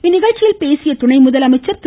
இந்நிகழ்ச்சியில் பேசிய துணை முதலமைச்சா் திரு